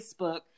Facebook